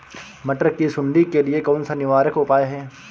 मटर की सुंडी के लिए कौन सा निवारक उपाय है?